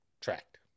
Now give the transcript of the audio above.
tracked